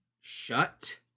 shut